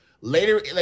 Later